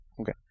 Okay